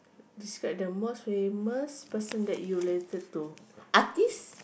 describe the most famous person that you related to artistes